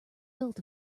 built